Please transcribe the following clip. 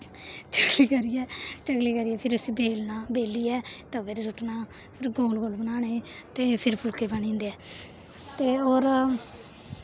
चकली करियै चकली करियै फिर उस्सी बेलना बेल्लियै तवे पर सु'ट्टना फिर गोल गोल बनाने ते फिर फुलके बनी जंदे ते होर